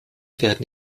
werden